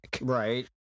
Right